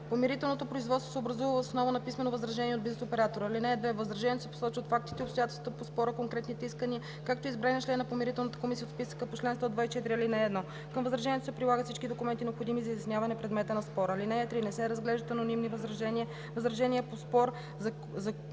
Помирителното производство се образува въз основа на писмено възражение от бизнес оператор. (2) Във възражението се посочват фактите и обстоятелствата по спора, конкретните искания, както и избраният член на Помирителната комисия от списъка по чл. 124, ал. 1. Към възражението се прилагат всички документи, необходими за изясняване предмета на спора. (3) Не се разглеждат анонимни възражения, възражения по спор, за който